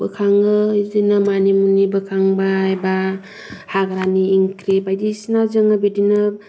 बोखाङो बिदिनो मानि मुनि बोखांबाय बा हाग्रानि ओंख्रि बायदिसिना जोङो बिदिनो